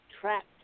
trapped